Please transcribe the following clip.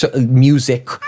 music